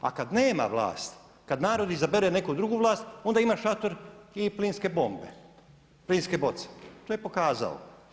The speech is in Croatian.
A kada nema vlast kada narod izabere neku drugu vlast onda ima šator i plinske bombe, plinske boce, to je pokazao.